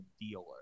dealer